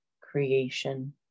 creation